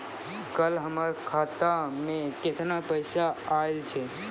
कल हमर खाता मैं केतना पैसा आइल छै?